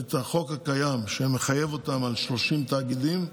את החוק הקיים, שמחייב אותם על 30 תאגידים,